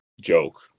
joke